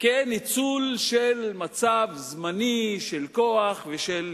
כניצול של מצב זמני של כוח ושל כיבוש,